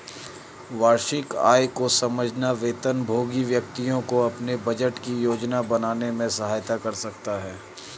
वार्षिक आय को समझना वेतनभोगी व्यक्तियों को अपने बजट की योजना बनाने में सहायता कर सकता है